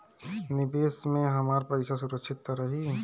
निवेश में हमार पईसा सुरक्षित त रही?